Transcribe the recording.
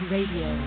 Radio